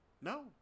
No